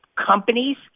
Companies